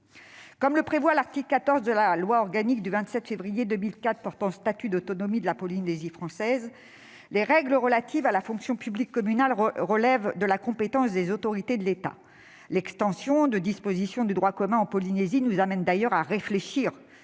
Comme le prévoit l'article 14 de la loi organique du 27 février 2004 portant statut d'autonomie de la Polynésie française, les règles relatives à la fonction publique communale relèvent de la compétence des autorités de l'État. L'extension de dispositions du droit commun en Polynésie nous conduit d'ailleurs à réfléchir